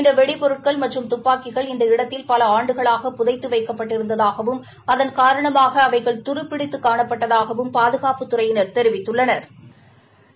இந்த வெடிப்பொருட்கள் மற்றும் துப்பாக்கிகள் இந்த இடத்தில் பல ஆண்டுகளாக புதைத்து வைக்கப்பட்டிருந்தாகவும் அதன் காரணமாக அவைகள் துரப்பிடித்து காணப்பட்டதாகவும் பாதுகாப்புத்துறையினா தெரிவித்துள்ளனா்